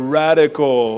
radical